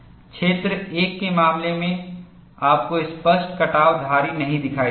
क्षेत्र 1 के मामले में आपको स्पष्ट कटाव धारी नहीं दिखाई देंगी